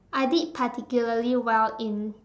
I did particularly well in